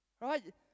Right